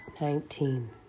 nineteen